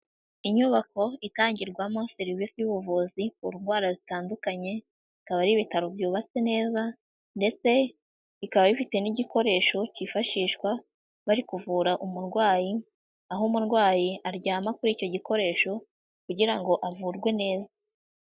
Inyubako itangirwamo serivisi y'ubuvuzi ku ndwara zitandukanye, bikaba ari ibitaro byubatse neza ndetse bikaba bifite n'igikoresho kifashishwa bari kuvura umurwayi, aho umurwayi aryama kuri icyo gikoresho kugira ngo avurwe neza.